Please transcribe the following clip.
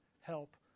help